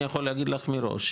אני יכול להגיד לך מראש,